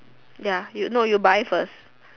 ya you no you buy first